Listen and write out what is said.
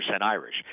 Irish